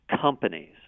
companies